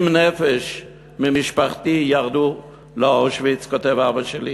70 נפש ממשפחתי ירדו לאושוויץ, כותב אבא שלי,